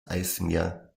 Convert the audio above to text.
eismeer